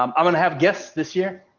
um i'm going to have guests this year.